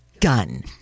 gun